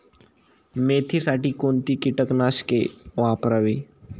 मेथीसाठी कोणती कीटकनाशके वापरावी?